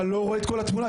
אתה לא רואה את כל התמונה,